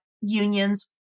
unions